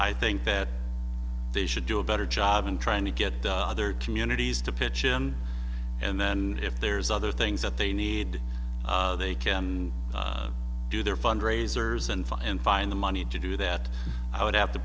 i think that they should do a better job than trying to get the other communities to pitch in and then if there's other things that they need they can do their fundraisers and find and find the money to do that i would have to